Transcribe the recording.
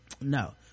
no